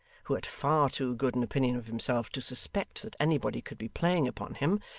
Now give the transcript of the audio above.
who had far too good an opinion of himself to suspect that anybody could be playing upon him,